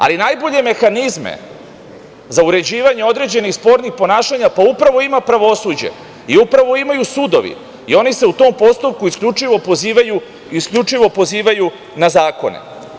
Ali, najbolje mehanizme za uređivanje određenih spornih ponašanja, pa upravo ima pravosuđe, i upravo imaju sudovi i oni se u tom postupku isključivo pozivaju na zakone.